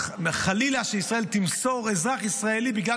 חלילה שישראל תמסור אזרח ישראלי בגלל